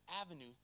avenue